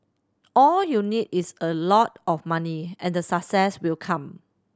all you need is a lot of money and the success will come